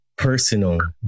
personal